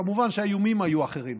כמובן שהאיומים היו אחרים,